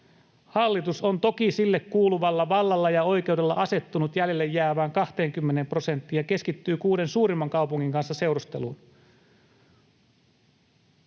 Hallitus on toki sille kuuluvalla vallalla ja oikeudella asettunut jäljelle jäävään 20 prosenttiin ja keskittyy kuuden suurimman kaupungin kanssa seurusteluun.